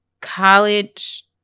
college